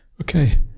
Okay